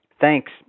Thanks